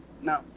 no